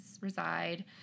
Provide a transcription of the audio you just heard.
reside